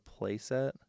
playset